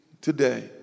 today